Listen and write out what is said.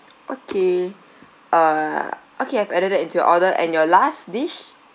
okay uh okay I've added that into your order and your last dish